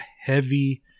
heavy